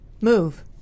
move